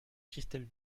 christelle